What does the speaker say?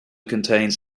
contains